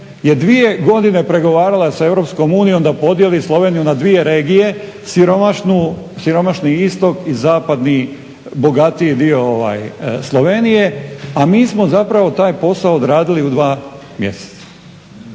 je 2 godine pregovarala sa EU da podijeli Sloveniju na dvije regije, siromašni istok i zapadni bogatiji dio Slovenije, a mi smo zapravo taj posao odradili u 2 mjeseca.